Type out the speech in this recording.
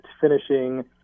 finishing